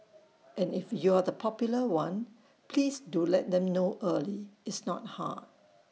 and if you're the popular one please do let them know early it's not hard